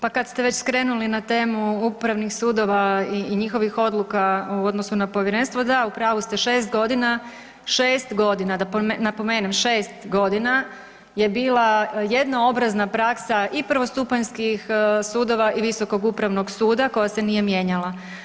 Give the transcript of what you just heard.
Pa kad ste već krenuli na temu upravnih sudova i njihovih odluka u odnosu na povjerenstvo, da u pravu ste, 6.g., 6.g., da napomenem 6.g. je bila jedno obrazna praksa i prvostupanjskih sudova i visokog upravnog suda koja se nije mijenjala.